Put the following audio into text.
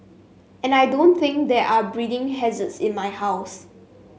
and I don't think there are breeding hazards in my house